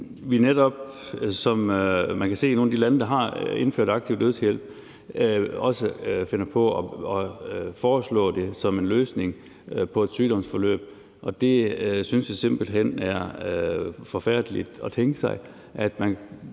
vi netop, som man kan se det i nogle af de lande, der har indført aktiv dødshjælp, også finder på at foreslå det som en løsning på et sygdomsforløb. Jeg synes simpelt hen, det er forfærdeligt at tænke på,